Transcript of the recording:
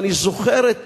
ואני זוכר את